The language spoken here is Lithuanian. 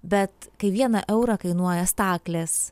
bet kai vieną eurą kainuoja staklės